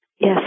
Yes